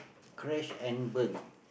crash and burn